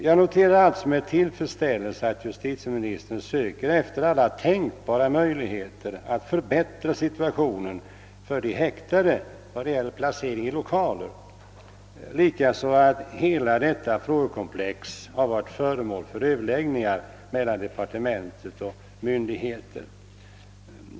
Jag noterar med tillfredsställelse att justitieministern söker efter alla tänkbara möjligheter att förbättra situationen för de häktade i vad gäller placering i lokaler samt att hela detta frågekomplex har varit föremål för överläggningar mellan departement och myndigheter.